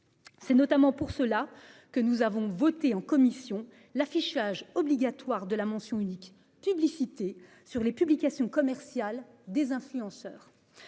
C'est notamment pour cela que nous avons voté en commission l'affichage obligatoire de la mention unique publicité sur les publications commerciales des influenceurs.